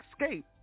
escape